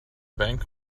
bank